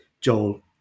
Joel